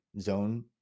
zone